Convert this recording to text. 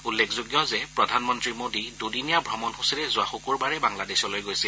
উল্লেখযোগ্য যে প্ৰধানমন্তী মোদী দুদিনীয়া ভ্ৰমণ সূচীৰে যোৱা শুকুৰবাৰে বাংলাদেশলৈ গৈছিল